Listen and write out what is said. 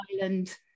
Island